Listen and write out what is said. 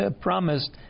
promised